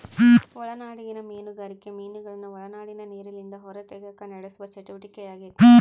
ಒಳನಾಡಿಗಿನ ಮೀನುಗಾರಿಕೆ ಮೀನುಗಳನ್ನು ಒಳನಾಡಿನ ನೀರಿಲಿಂದ ಹೊರತೆಗೆಕ ನಡೆಸುವ ಚಟುವಟಿಕೆಯಾಗೆತೆ